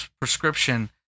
prescription